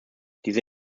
diese